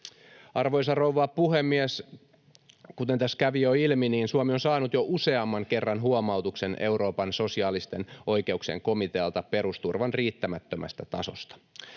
Arvoisa rouva puhemies! Kuten tässä kävi jo ilmi, Suomi on saanut jo useamman kerran huomautuksen Euroopan sosiaalisten oikeuksien komitealta perusturvan riittämättömästä tasosta.